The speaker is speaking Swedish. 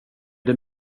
det